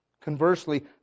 Conversely